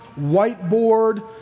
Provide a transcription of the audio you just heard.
whiteboard